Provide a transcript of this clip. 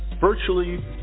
virtually